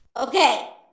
Okay